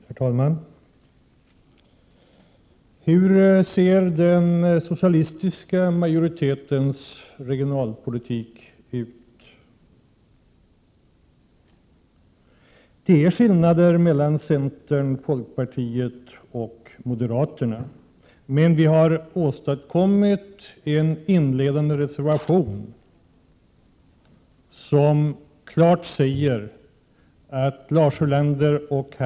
Herr talman! Hur ser den socialistiska majoritetens regionalpolitik ut? Det finns skillnader mellan centern, folkpartiet och moderaterna, men vi har åstadkommit en inledande reservation som klart säger att Lars Ulander och Prot.